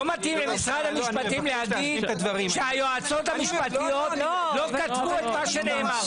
לא מתאים למשרד המשפטים להגיד שהיועצות המשפטיות לא כתבו את מה שנאמר.